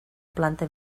planta